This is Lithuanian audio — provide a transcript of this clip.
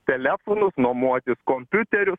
telefonus nuomotis kompiuterius